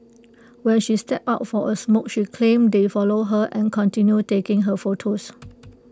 when she stepped out for A smoke she claims they followed her and continued taking her photos